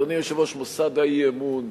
אדוני היושב-ראש, מוסד האי-אמון,